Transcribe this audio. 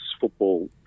Football